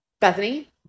Bethany